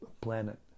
planet